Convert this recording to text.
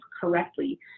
correctly